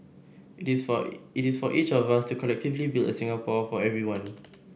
it is for it is for each of us to collectively build a Singapore for everyone